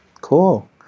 Cool